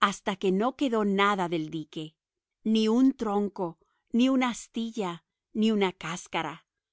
hasta que no quedó nada del dique ni un tronco ni una astilla ni una cáscara